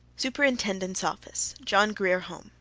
superintendent's office, john grier home,